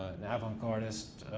an avant gardeist.